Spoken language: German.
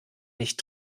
nicht